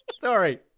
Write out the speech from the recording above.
sorry